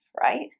right